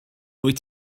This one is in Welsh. wyt